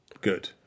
good